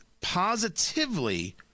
positively